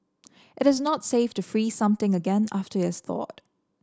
it is not safe to freeze something again after is thawed